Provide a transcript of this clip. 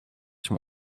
się